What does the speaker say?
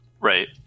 Right